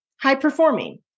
high-performing